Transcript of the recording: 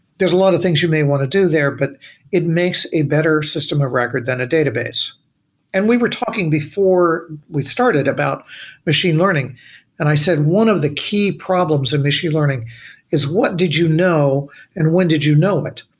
there's a lot of things you may want to do there, but it makes a better system of record than a database and we were talking before we started about machine learning and i said, one of the key problems of and machine learning is what did you know and when did you know it?